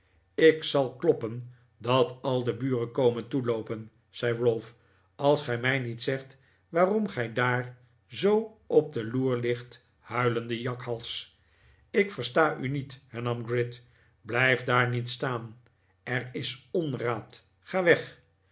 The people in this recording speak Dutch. ik zal kloppen dat al de buren komen toeloopen zei ralph als gij mij niet zegt waarom gij daar zoo op de loer ligt huilende jakhals ik versta u niet hernam gride blijf daar niet staan er is onraad ga weg